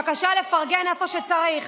בבקשה לפרגן איפה שצריך.